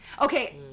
Okay